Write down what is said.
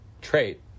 trait